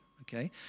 okay